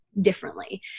differently